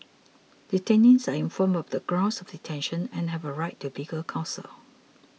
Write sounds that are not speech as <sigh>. <noise> detainees are informed about the grounds of detention and have a right to legal counsel